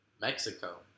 Mexico